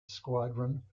squadron